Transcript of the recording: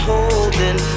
Holding